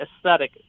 aesthetic